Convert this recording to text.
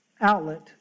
outlet